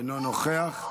אינו נוכח,